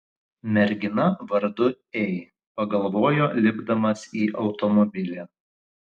mergina vardu ei pagalvojo lipdamas į automobilį